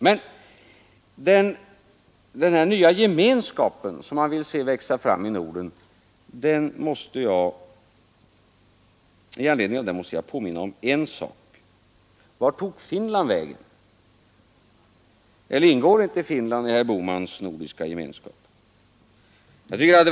Med anledning av den nya gemenskap som herr Bohman vill se växa fram i Norden måste jag fråga: Vart tog Finland vägen? Ingår inte Finland i herr Bohmans nordiska gemenskap?